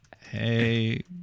Hey